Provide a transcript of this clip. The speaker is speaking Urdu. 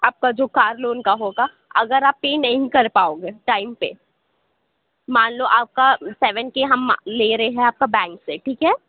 آپ کا جو کار لون کا ہوگا اگر آپ پے نہیں کر پاؤ گے ٹائم پہ مان لو آپ کا سیون کے ہم لے رہے ہیں آپ کا بینک سے ٹھیک ہے